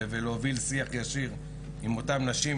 ולהוביל שיח ישיר עם אותן נשים,